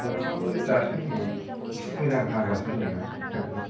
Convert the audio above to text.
अखायाबो दासो नै एसे मोजां हागासिनो दं ना अखायाबो